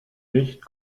nicht